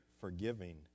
forgiving